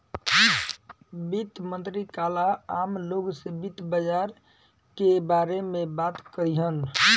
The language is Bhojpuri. वित्त मंत्री काल्ह आम लोग से वित्त बाजार के बारे में बात करिहन